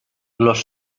los